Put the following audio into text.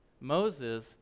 Moses